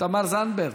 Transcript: תמר זנדברג?